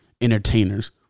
entertainers